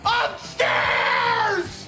upstairs